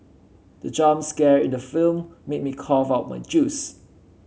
the jump scare in the film made me cough out my juice